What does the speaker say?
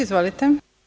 Izvolite.